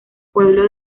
pueblo